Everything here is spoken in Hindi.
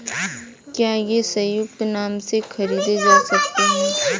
क्या ये संयुक्त नाम से खरीदे जा सकते हैं?